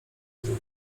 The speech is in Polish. drugie